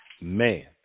man